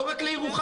לא רק לירוחם,